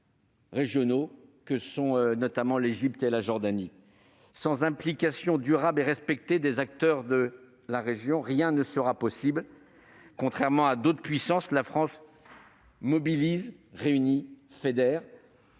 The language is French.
Il faut soutenir cette démarche. Sans implication durable et respectée des acteurs de la région, rien ne sera possible. Contrairement à d'autres puissances, la France mobilise, réunit, fédère.